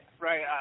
right